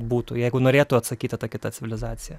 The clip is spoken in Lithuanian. būtų jeigu norėtų atsakyti ta kita civilizacija